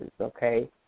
okay